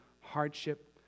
hardship